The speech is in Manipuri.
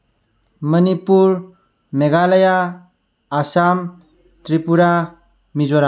ꯃꯅꯤꯄꯨꯔ ꯃꯦꯒꯥꯂꯌꯥ ꯑꯁꯥꯝ ꯇ꯭ꯔꯤꯄꯨꯔꯥ ꯃꯤꯖꯣꯔꯥꯝ